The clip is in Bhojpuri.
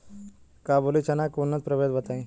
काबुली चना के उन्नत प्रभेद बताई?